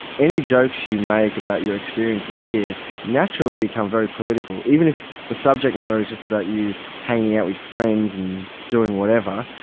any jokes you make about your experiences here naturally become very political. even if the subject matter is just about you hanging out with friends and doing whatever,